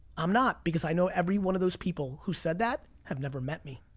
i'm not, because i know every one of those people who said that have never met me.